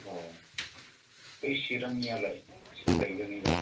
अह बै चिरांनिआलाय सोर गायगोन एबार